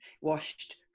washed